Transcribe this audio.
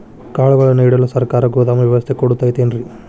ಕಾಳುಗಳನ್ನುಇಡಲು ಸರಕಾರ ಗೋದಾಮು ವ್ಯವಸ್ಥೆ ಕೊಡತೈತೇನ್ರಿ?